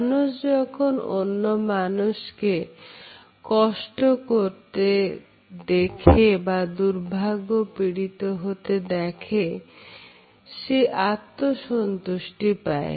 মানুষ যখন অন্য মানুষকে কষ্ট করতে দেখে বা দুর্ভাগ্য পীড়িত হতে দেখে সে আত্মসন্তুষ্টি পায়